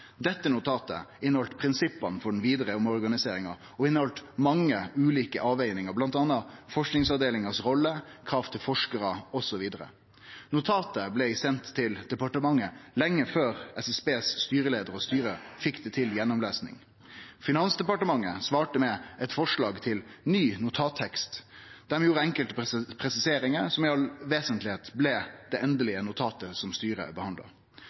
Dette notatet inneheldt prinsippa for den vidare omorganiseringa og inneheldt mange ulike avvegingar, bl.a. rolla til forskingsavdelinga, krav til forskarar osv. Notatet blei sendt til departementet lenge før styreleiaren og styret i SSB fekk det til gjennomlesing. Finansdepartementet svarte med eit forslag til ny notattekst. Dei gjorde enkelte presiseringar, som i det alt vesentlege blei det endelege notatet som styret behandla.